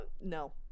No